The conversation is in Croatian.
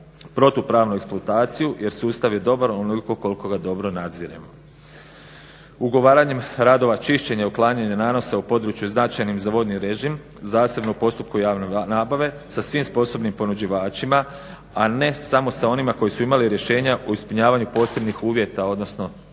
protupravnu eksploataciju jer sustav je dobar onoliko koliko ga dobro nadziremo. Ugovaranjem radova čišćenja i uklanjanja nanosa u području značajnim za vodni režim, zasebno u postupku javnoga nabave sa svim sposobnim ponuđivačima a ne samo sa onima koji su imali rješenja u ispunjavanju posebnih uvjeta, odnosno